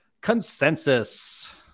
consensus